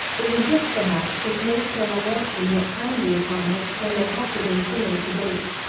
it was this, perhaps, which made colonel royston look kindly upon her when they halted in chinnor to bait.